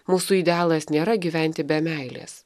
mūsų idealas nėra gyventi be meilės